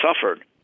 suffered